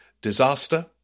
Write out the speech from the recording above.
disaster